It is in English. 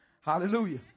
Hallelujah